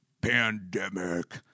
pandemic